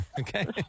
okay